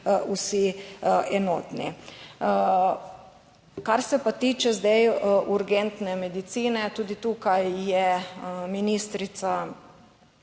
vsi enotni. Kar se pa tiče zdaj urgentne medicine, tudi tukaj je ministrica